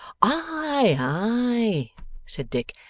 aye said dick,